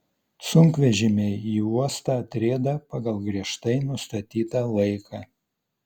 sunkvežimiai į uostą atrieda pagal griežtai nustatytą laiką